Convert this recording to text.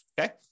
okay